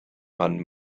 man